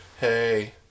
Hey